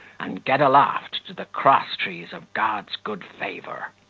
and get aloft to the cross-trees of god's good favour.